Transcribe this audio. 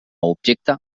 objecte